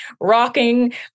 rocking